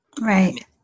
Right